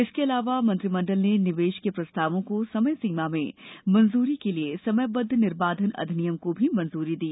इसके अलावा मंत्रिमंडल ने निवेश के प्रस्तावों को समयसीमा में मंजूरी के लिए समयबद्ध निर्बाधन अधिनियम को भी मंजूरी दी